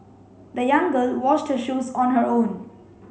the young girl washed her shoes on her own